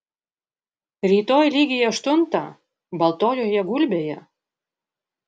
rytoj lygiai aštuntą baltojoje gulbėje